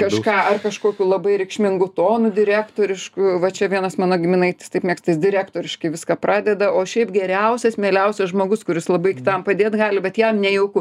kažką ar kažkokiu labai reikšmingu tonu direktorišku va čia vienas mano giminaitis taip mėgsta jis direktoriškai viską pradeda o šiaip geriausias mieliausias žmogus kuris labai kitam padėt gali bet jam nejauku